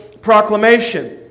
proclamation